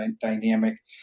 dynamic